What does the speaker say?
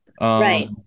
Right